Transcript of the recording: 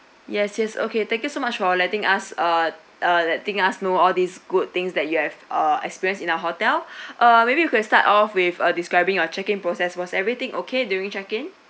yes yes okay thank you so much for letting us uh letting us know all these good things that you have uh experience in our hotel uh maybe you can start off with uh describing your check-in process was everything okay during check-in